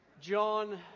John